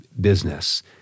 business